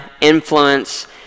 influence